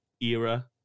era